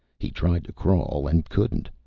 he tried to crawl and couldn't,